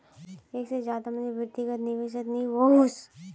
एक से ज्यादा आदमी व्यक्तिगत निवेसोत नि वोसोह